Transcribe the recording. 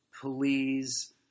please